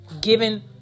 given